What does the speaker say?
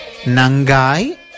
Nangai